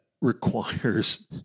requires